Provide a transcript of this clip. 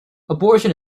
abortion